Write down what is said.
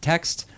Text